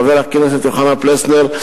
חבר הכנסת יוחנן פלסנר,